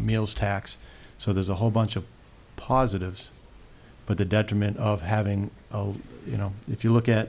mills tax so there's a whole bunch of positives but the detriment of having you know if you look at